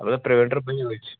البتہ پِرٛ وِنٛٹَر